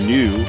New